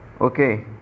okay